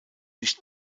nicht